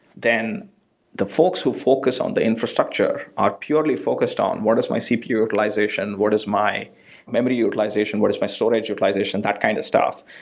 then the folks who've focused on the infrastructure are purely focused on what is my cpu utilization, what is my memory utilization, utilization, what is my storage utilization. that kind of stuff.